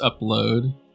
upload